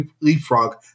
leapfrog